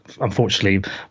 Unfortunately